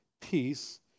peace